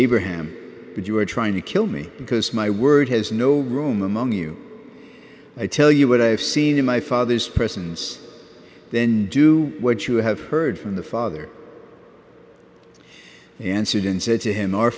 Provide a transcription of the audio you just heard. abraham but you are trying to kill me because my word has no room among you i tell you what i have seen in my father's presence then do what you have heard from the father answered and said to him o